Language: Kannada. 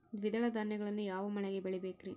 ದ್ವಿದಳ ಧಾನ್ಯಗಳನ್ನು ಯಾವ ಮಳೆಗೆ ಬೆಳಿಬೇಕ್ರಿ?